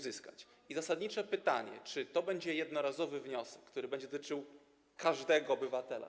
Zasadnicze pytanie: Czy to będzie jednorazowy wniosek, który będzie dotyczył każdego obywatela?